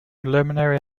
preliminary